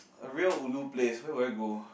a real ulu place why would I go